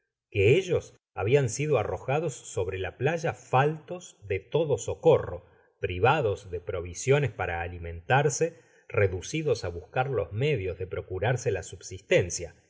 que ellos habian sido arrojados sobre la playa faltos de todo socorro privados de provisiones para alimentarse reducidos á buscar los medios de procurarse la subsistencia